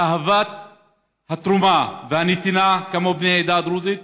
אהבת התרומה והנתינה כמו בני העדה הדרוזית.